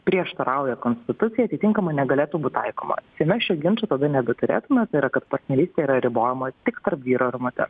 prieštarauja konstitucijai atitinkamai negalėtų būt taikoma seime šio ginčo tada nebeturėtume tai yra kad partnerystė yra ribojama tik tarp vyro ir moters